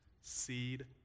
seed